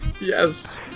Yes